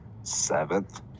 seventh